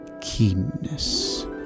keenness